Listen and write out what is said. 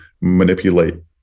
manipulate